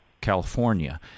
California